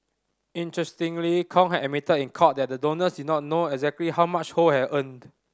interestingly Kong had admitted in court that the donors did not know exactly how much Ho had earned